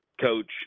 Coach